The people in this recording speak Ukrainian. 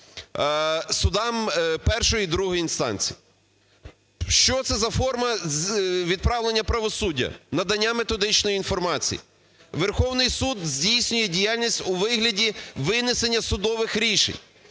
судам першої і другої інстанції. Що це за форма відправлення правосуддя - надання методичної інформації? Верховний Суд здійснює діяльність у вигляді винесення судових рішень.